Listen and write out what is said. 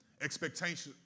Expectations